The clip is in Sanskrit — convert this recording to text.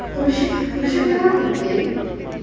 कृषिकः कृषकः कृते